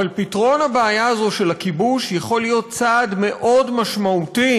אבל פתרון הבעיה הזו של הכיבוש יכול להיות צעד מאוד משמעותי